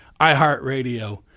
iHeartRadio